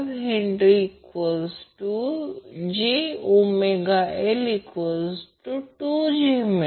5H ⇒ jωL j2 मिळेल